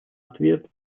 ответ